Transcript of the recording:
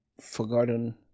forgotten